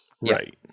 right